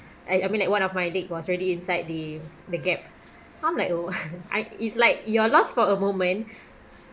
I I mean like one of my leg was already inside the the gap I'm like oh I is like you're lost for a moment